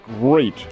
great